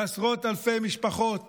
עשרות אלפי משפחות